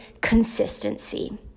consistency